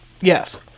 Yes